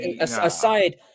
aside